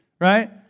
right